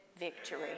victory